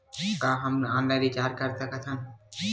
का हम online recharge कर सकत हन?